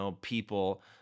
people